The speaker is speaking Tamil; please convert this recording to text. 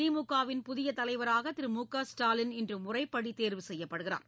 திமுகவின் புதிய தலைவராக திரு மு க ஸ்டாலின் இன்று முறைப்படி தேர்வு செய்யப்படுகிறார்